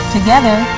Together